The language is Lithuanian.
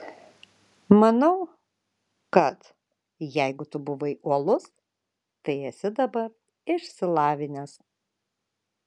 manau kad jeigu tu buvai uolus tai esi dabar išsilavinęs